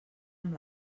amb